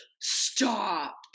Stop